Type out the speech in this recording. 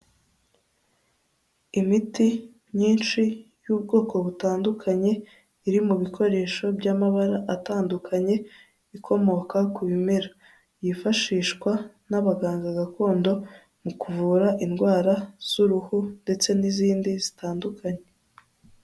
Imiti myinshi y'ubwoko butandukanye, iri mu bikoresho by'amabara atandukanye, ikomoka ku bimera, yifashishwa n'abaganga gakondo, mu kuvura indwara z'uruhu ndetse n'izindi zitandukanye.